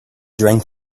drank